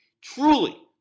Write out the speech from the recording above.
truly